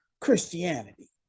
Christianity